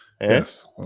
Yes